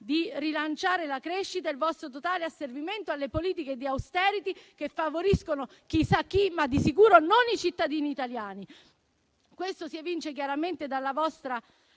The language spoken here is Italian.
di rilanciare la crescita e il vostro totale asservimento alle politiche di *austerity*, che favoriscono chissà chi, ma di sicuro non i cittadini italiani. Questo si evince chiaramente dalla vostra